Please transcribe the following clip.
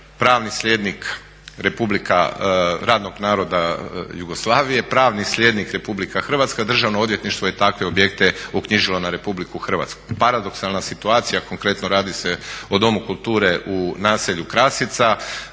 pravni slijednik radnog naroda Jugoslavije, pravni slijednik RH, državno odvjetništvo je takve objekte uknjižilo na RH. Paradoksalna situacija, konkretno radi se o Domu kulture u naselju Krasica.